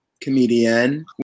comedian